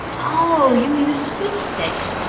oh, you mean a sweepstake!